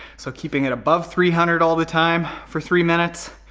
so keeping it above three hundred all the time for three minutes.